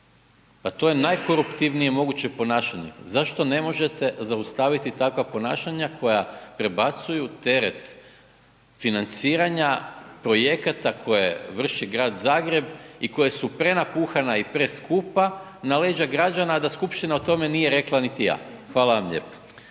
Pa to je najkoruptivnije moguće ponašanje, zašto ne možete zaustaviti takva ponašanja koja prebacuju teret financiranja projekata koje vrši Grad Zagreb i koja su prenapuhana i preskupa na leđa građana da skupština o tome nije rekla niti A. Hvala vam lijepo.